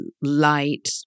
light